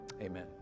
Amen